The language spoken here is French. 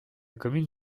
commune